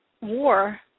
war